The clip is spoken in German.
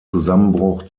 zusammenbruch